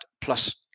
plus